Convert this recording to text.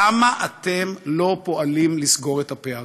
למה אתם לא פועלים לסגור את הפערים?